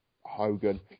Hogan